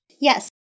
Yes